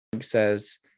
says